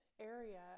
area